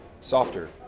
softer